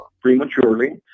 prematurely